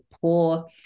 poor